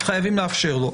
חייבים לאפשר לו.